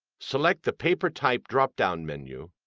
select the paper type drop-down menu,